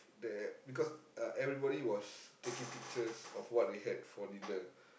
that because uh everybody was taking pictures of what they had for dinner